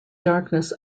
darkness